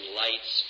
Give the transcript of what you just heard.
lights